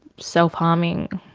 self-harming